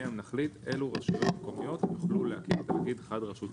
שלפיהם נחליט אילו רשויות מקומיות יוכלו להקים תאגיד חד-רשותי.